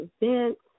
events